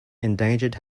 endangered